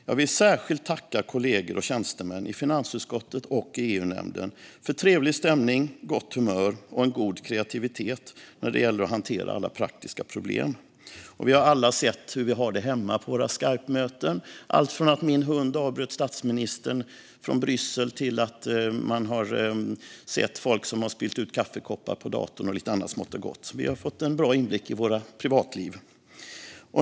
Jag vill särskilt tacka kollegor och tjänstemän i finansutskottet och i EU-nämnden för trevlig stämning, gott humör och en god kreativitet när det gäller att hantera alla praktiska problem. Vi har alla sett hur vi har det hemma på våra Skypemöten - allt från att min hund avbröt statsministern från Bryssel till att folk har setts spilla ut kaffekoppar på datorn och lite annat smått och gott. Vi har fått en bra inblick i varandras privatliv.